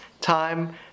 time